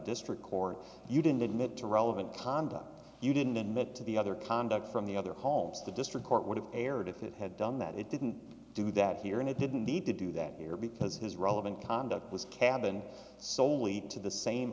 district court you didn't admit to relevant conduct you didn't admit to the other conduct from the other homes the district court would have erred if it had done that it didn't do that here and it didn't need to do that here because his relevant conduct was cabin soley to the same